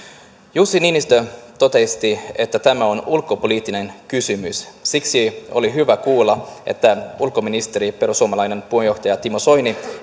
jussi niinistö totesi että tämä on ulkopoliittinen kysymys siksi oli hyvä kuulla että ulkoministeri perussuomalaisten puheenjohtaja timo soini